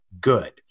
good